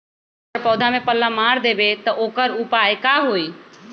अगर पौधा में पल्ला मार देबे त औकर उपाय का होई?